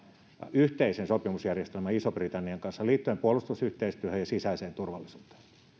yhteisen sopimusjärjestelmän ison britannian kanssa liittyen puolustusyhteistyöhön ja sisäiseen turvallisuuteen